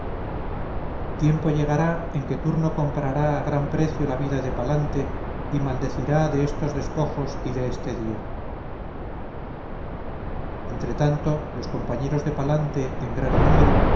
tiempo llegará en que turno compraría a gran precio la vida de palante y maldecirá de estos despojos y de este día entre tanto los compañeros de palante en gran número